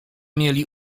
mieli